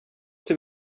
till